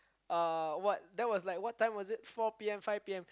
uh what that was like what time was it four P_M five P_M